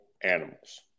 animals